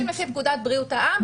לפי פקודת בריאות העם,